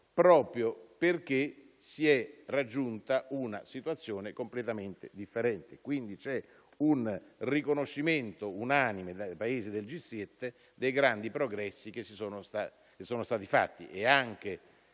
proprio perché si è raggiunta una situazione completamente differente. Quindi, c'è un riconoscimento unanime dai Paesi del G7 dei grandi progressi che sono stati fatti